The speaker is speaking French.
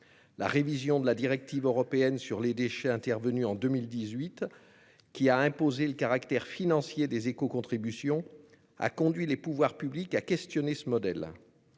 La révision de la directive européenne sur les déchets, intervenue en 2018, qui a imposé le caractère financier des écocontributions, a conduit les pouvoirs publics à questionner ce modèle.